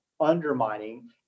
Undermining